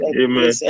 Amen